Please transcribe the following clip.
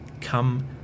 come